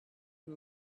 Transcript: and